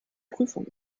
prüfung